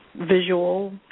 visual